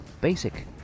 basic